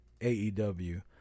AEW